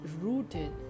rooted